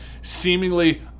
seemingly